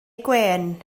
gwên